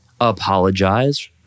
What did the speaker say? apologize